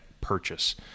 purchase